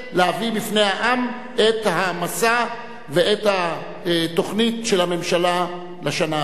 להביא לפני העם את המשא ואת התוכנית של הממשלה לשנה הבאה.